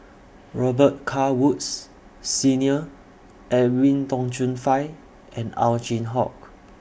Robet Carr Woods Senior Edwin Tong Chun Fai and Ow Chin Hock